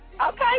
Okay